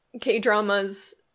K-dramas